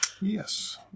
Yes